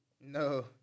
No